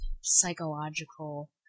psychological